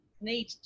need